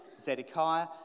Zedekiah